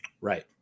right